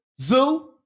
Zoo